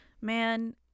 Man